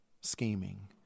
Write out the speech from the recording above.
scheming